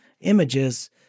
images